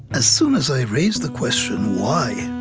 as soon as i raise the question why,